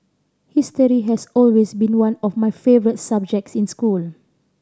history has always been one of my favourite subjects in school